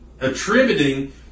attributing